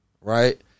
Right